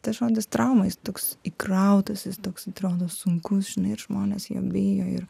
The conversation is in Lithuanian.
tas žodis trauma jis toks įkrautas jis toks atrodo sunkus žinai ir žmonės jo bijo ir